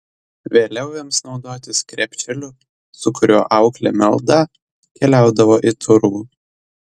vėliau ims naudotis krepšeliu su kuriuo auklė meldą keliaudavo į turgų